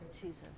Jesus